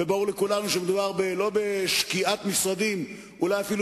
וברור לכולם שמדובר לא בשקיעת משרדים, אולי אפילו